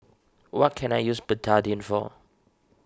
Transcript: what can I use Betadine for